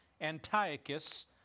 Antiochus